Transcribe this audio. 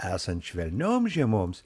esant švelniom žiemoms